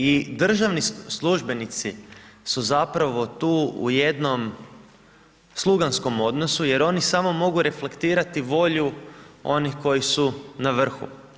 I državni službenici su zapravo tu u jednom sluganskom odnosu jer oni samo mogu reflektirati volju onih koji su na vrhu.